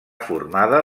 formada